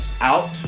out